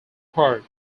part